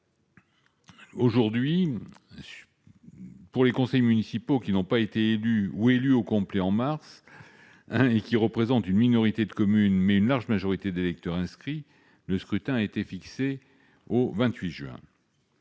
tour. Pour les conseils municipaux qui n'ont pas été élus ou qui ne l'ont pas été au complet en mars, lesquels représentent une minorité de communes, mais une large majorité des électeurs inscrits, le scrutin a été fixé au 28 juin.